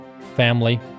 Family